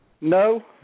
No